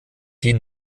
die